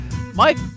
Mike